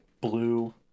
blue